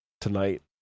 tonight